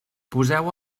poseu